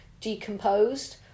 decomposed